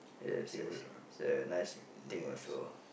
yes yes say nice think also